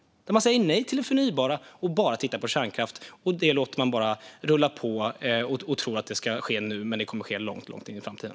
Man säger nej till det förnybara och tittar bara på kärnkraft. Det låter man bara rulla på. Man tror att det ska ske nu, men det kommer att ske långt in i framtiden.